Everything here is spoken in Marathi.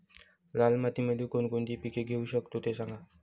लाल मातीमध्ये कोणकोणती पिके घेऊ शकतो, ते सांगा